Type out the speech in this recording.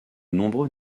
nombreux